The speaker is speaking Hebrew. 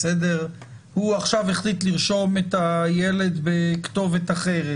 הוא עכשיו החליט לרשום את הילד בכתובת אחרת,